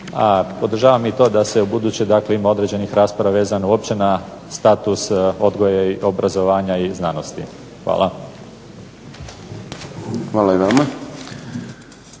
A podržavam i to da se ubuduće dakle ima određenih rasprava vezano uopće na status odgoja, obrazovanja i znanosti. Hvala. **Šprem,